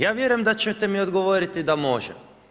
Ja vjerujem da ćete mi odgovoriti da može.